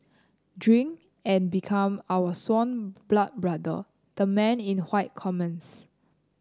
drink and become our sworn blood brother the man in commands